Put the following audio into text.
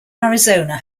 arizona